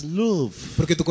love